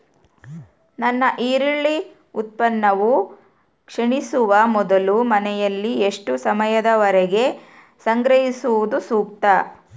ನನ್ನ ಈರುಳ್ಳಿ ಉತ್ಪನ್ನವು ಕ್ಷೇಣಿಸುವ ಮೊದಲು ಮನೆಯಲ್ಲಿ ಎಷ್ಟು ಸಮಯದವರೆಗೆ ಸಂಗ್ರಹಿಸುವುದು ಸೂಕ್ತ?